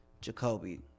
Jacoby